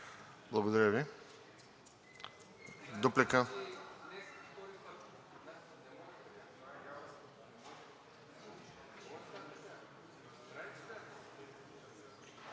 Благодаря Ви. Дуплика.